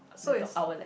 the dog our left